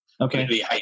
Okay